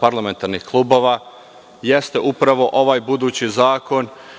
parlamentarnih klubova, jeste upravo ovaj budući Zakon